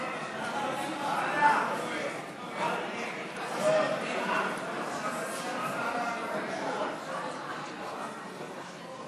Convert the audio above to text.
סיום כהונתה של הוועדה המיוחדת לצדק חלוקתי ולשוויון חברתי נתקבלה.